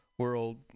world